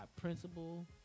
principle